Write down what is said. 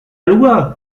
loi